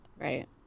Right